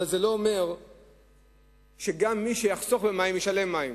אבל זה לא אומר שגם מי שיחסוך במים ישלם על המים.